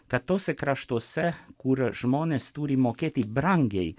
kad tuose kraštuose kur žmonės turi mokėti brangiai